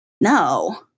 No